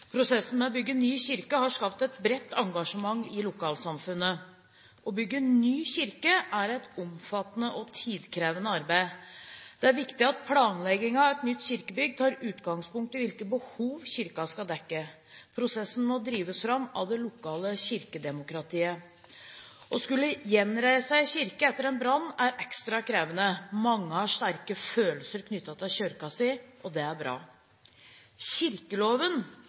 Prosessen med å bygge ny kirke har skapt et bredt engasjement i lokalsamfunnet. Å bygge ny kirke er et omfattende og tidkrevende arbeid. Det er viktig at planleggingen av et nytt kirkebygg tar utgangspunkt i hvilke behov kirken skal dekke. Prosessen må drives fram av det lokale kirkedemokratiet. Å skulle gjenreise en kirke etter en brann er ekstra krevende. Mange har sterke følelser knyttet til kirken sin, og det er bra. Kirkeloven